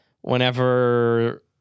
whenever